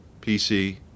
PC